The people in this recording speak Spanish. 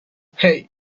hey